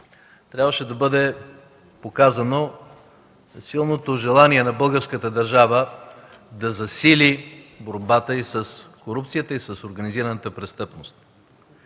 трябваше да бъде показано силното желание на българската държава да засили борбата си с корупцията и с организираната престъпност.